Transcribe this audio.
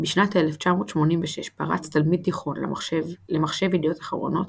בשנת 1986 פרץ תלמיד תיכון למחשב "ידיעות אחרונות",